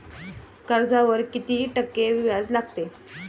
कर्जावर किती टक्के व्याज लागते?